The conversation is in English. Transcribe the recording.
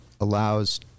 allows